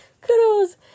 Kudos